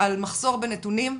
על מחסור בנתונים,